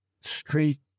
street